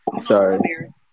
Sorry